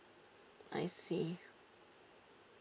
I see